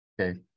Okay